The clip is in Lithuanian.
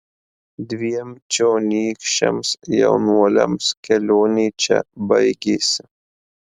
dviem čionykščiams jaunuoliams kelionė čia baigėsi